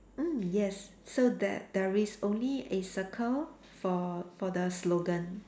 mm yes so there there is only a circle for for the slogan